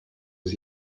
was